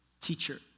teacher